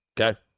Okay